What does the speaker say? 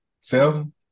seven